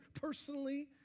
personally